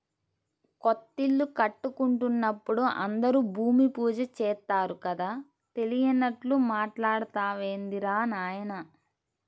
కొత్తిల్లు కట్టుకుంటున్నప్పుడు అందరూ భూమి పూజ చేత్తారు కదా, తెలియనట్లు మాట్టాడతావేందిరా నాయనా